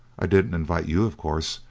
i didn't invite you of course,